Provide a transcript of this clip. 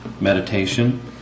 Meditation